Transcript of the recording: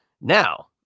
Now